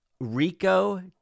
Rico